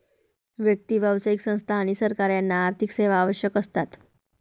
व्यक्ती, व्यावसायिक संस्था आणि सरकार यांना आर्थिक सेवा आवश्यक असतात